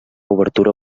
obertura